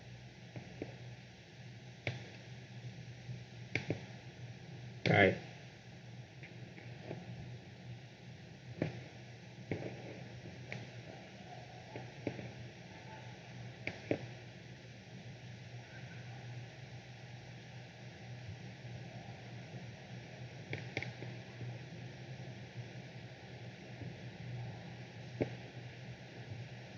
right